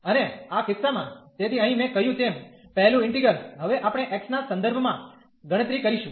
અને આ કિસ્સામાં તેથી અહીં મેં કહ્યું તેમ પહેલું ઈન્ટિગ્રલ હવે આપણે x ના સંદર્ભમાં ગણતરી કરીશું